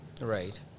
Right